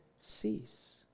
cease